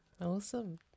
awesome